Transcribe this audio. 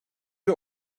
bir